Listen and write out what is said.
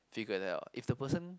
figure that out if the person